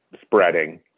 spreading